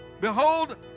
behold